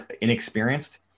inexperienced